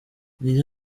nyiri